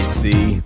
see